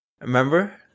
Remember